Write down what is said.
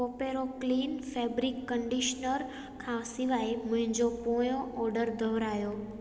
Koparo clean fabric conditioner खां सवाइ मुंहिंजो पोयों ऑर्डर दुहरायो